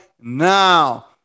now